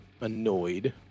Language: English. annoyed